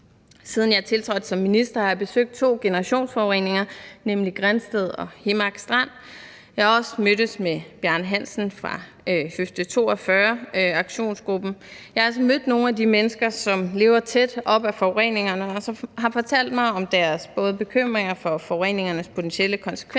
Siden jeg tiltrådte som minister, har jeg besøgt to generationsforureninger, nemlig Grindsted og Himmark Strand, og jeg har også mødtes med Bjarne Hansen fra aktionsgruppen Høfde 42, så jeg har altså mødt nogle af de mennesker, som lever tæt op ad forureningerne, og som har fortalt mig om deres bekymringer for forureningernes potentielle konsekvens